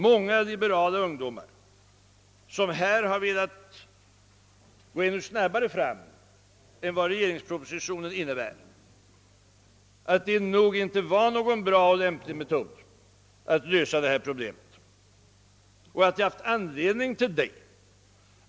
Många liberala ungdomar har velat gå ännu snabbare fram än vad regeringspropositionen innebär, och jag har under de senaste månaderna använt åtskillig tid till att övertyga dem om att den metoden nog inte är lämplig när det gäller att lösa det föreliggande problemet.